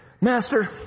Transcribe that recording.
master